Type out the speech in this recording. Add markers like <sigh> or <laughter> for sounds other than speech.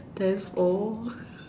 that's all <laughs>